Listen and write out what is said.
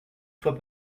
soit